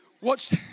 Watch